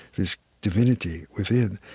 this divinity within.